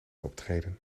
optreden